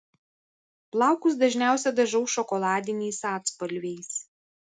plaukus dažniausiai dažau šokoladiniais atspalviais